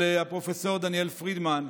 של הפרופ' דניאל פרידמן,